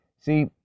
See